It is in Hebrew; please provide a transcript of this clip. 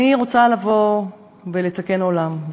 אני רוצה לבוא ולתקן עולם,